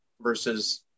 versus